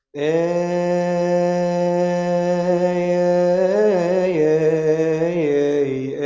a